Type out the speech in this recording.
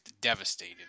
devastated